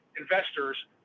investors